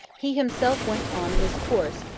he himself went on in his course,